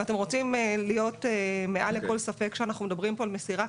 אם אתם רוצים להיות מעל לכל ספק שאנחנו מדברים על מסירה,